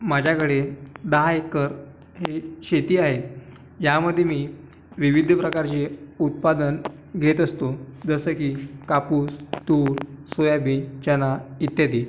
माझ्याकडे दहा एकर ही शेती आहे यामध्ये मी विविध प्रकारचे उत्पादन घेत असतो जसे की कापूस तूर सोयाबीन चणा इत्यादी